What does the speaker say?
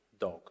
dog